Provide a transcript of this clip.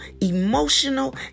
emotional